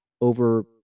over